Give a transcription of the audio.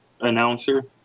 announcer